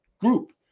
group